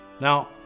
Now